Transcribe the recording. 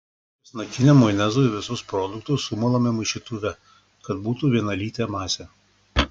česnakiniam majonezui visus produktus sumalame maišytuve kad būtų vienalytė masė